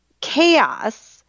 chaos